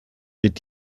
wird